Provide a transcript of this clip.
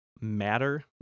Matter